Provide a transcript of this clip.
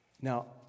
Now